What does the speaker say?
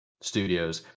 studios